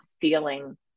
feeling